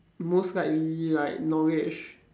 most likely like knowledge